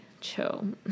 chill